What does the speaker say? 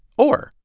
or.